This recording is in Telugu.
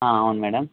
అవును మేడమ్